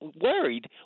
Worried